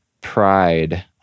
pride